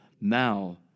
Now